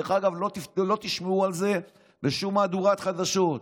דרך אגב, לא תשמעו על זה בשום מהדורת חדשות.